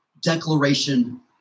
declaration